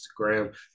Instagram